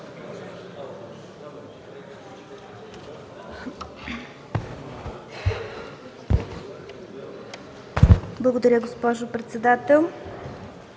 Благодаря, госпожо председател.